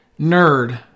nerd